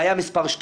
בעיה מספר 2: